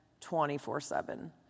24-7